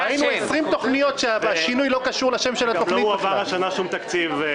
אף פעם לא העלו בצורה הזאת.